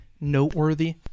noteworthy